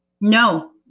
No